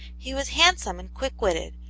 he was hand some and quick-witted,